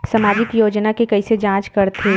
सामाजिक योजना के कइसे जांच करथे?